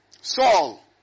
Saul